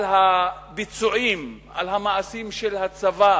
על הביצועים, על המעשים של הצבא